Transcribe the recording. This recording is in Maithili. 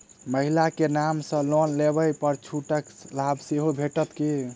महिला केँ नाम सँ लोन लेबऽ पर छुटक लाभ सेहो भेटत की?